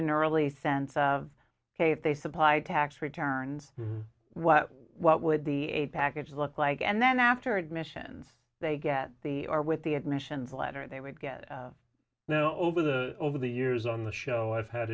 an early sense of hey if they supplied tax returns what what would the aid package look like and then after admissions they get the or with the admissions letter they would get you know over the over the years on the show i've had